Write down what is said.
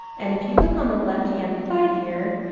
and if you look on the left hand side here,